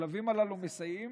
הכלבים הללו מסייעים